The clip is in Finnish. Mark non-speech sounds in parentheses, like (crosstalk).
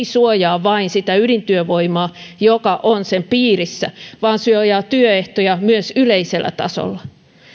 (unintelligible) suojaa vain sitä ydintyövoimaa joka on sen piirissä vaan suojaa työehtoja myös yleisellä tasolla